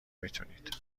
میتونید